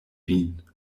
vin